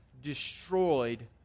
destroyed